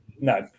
No